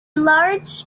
large